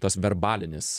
tas verbalinis